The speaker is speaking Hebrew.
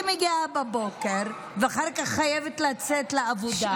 מגיעה בבוקר ואחר כך חייבת לצאת לעבודה,